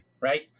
right